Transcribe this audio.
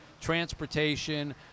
transportation